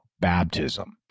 baptism